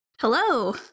Hello